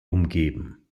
umgeben